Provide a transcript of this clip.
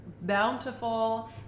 bountiful